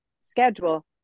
schedule